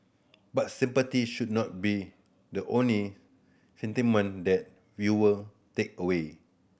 but sympathy should not be the only sentiment the viewer take away